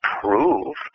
prove